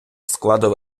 складу